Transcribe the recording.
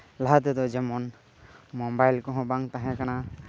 ᱞᱟᱦᱟ ᱛᱮᱫᱚ ᱡᱮᱢᱚᱱ ᱢᱳᱵᱟᱭᱤᱞ ᱠᱚᱦᱚᱸ ᱵᱟᱝ ᱛᱟᱦᱮᱸᱠᱟᱱᱟ